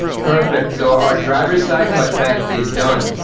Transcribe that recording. perfect, so our driver side clutch pack is done.